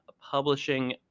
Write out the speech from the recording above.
publishing